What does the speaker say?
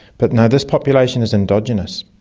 but no, this population is endogenous.